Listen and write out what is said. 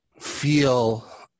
feel